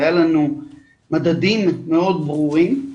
והיו לנו מדדים מאוד ברורים,